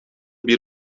bir